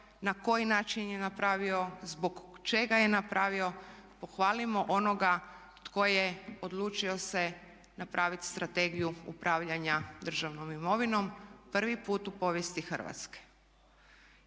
na koji način je napravio, zbog čega je napravio, pohvalimo onoga tko je odlučio se napraviti strategiju upravljanja državnom imovinom, prvi put u povijesti Hrvatske.